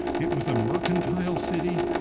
it was a mercantile city,